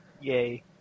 Yay